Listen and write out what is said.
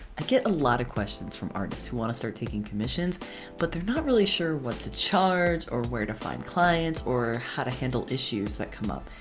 ah get a lot of questions from artists who want to start taking commissions but they're not really sure what to charge or where to find clients or how to handle issues that come up.